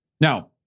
Now